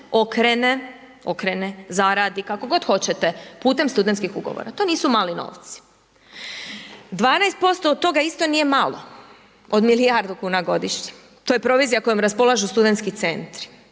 godišnje okrene, zaradi kako god hoćete putem studentskih ugovora. To nisu mali novci. 12% od toga isto nije malo od milijardu kuna godišnje. To je provizija kojom raspolažu studentski centri.